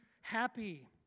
happy